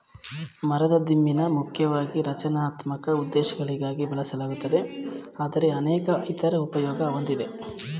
ಮರದ ದಿಮ್ಮಿನ ಮುಖ್ಯವಾಗಿ ರಚನಾತ್ಮಕ ಉದ್ದೇಶಗಳಿಗಾಗಿ ಬಳಸಲಾಗುತ್ತದೆ ಆದರೆ ಅನೇಕ ಇತರ ಉಪಯೋಗ ಹೊಂದಿದೆ